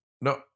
No